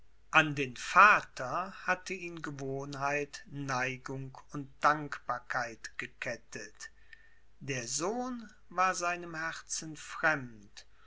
an den vater hatte ihn gewohnheit neigung und dankbarkeit gekettet der sohn war seinem herzen fremd